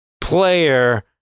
player